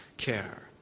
care